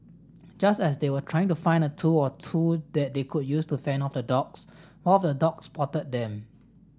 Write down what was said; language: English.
just as they were trying to find a tool or two that they could use to fend off the dogs one of the dogs spotted them